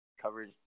coverage